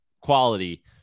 quality